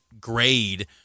grade